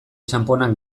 txanponak